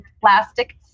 plastic